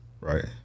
Right